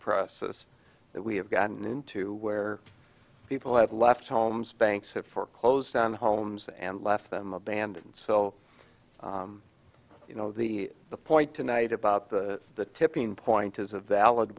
process that we have gotten into where people have left homes banks have foreclosed on homes and left them abandoned so you know the the point tonight about the the tipping point is a valid